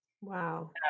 Wow